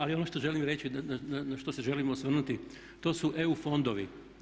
Ali ono što želim reći, na što se želim osvrnuti to su EU fondovi.